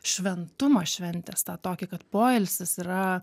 šventumą šventės tą tokį kad poilsis yra